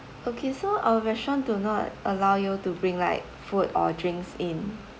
okay so our restaurant do not allow you to bring like food or drinks in